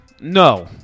No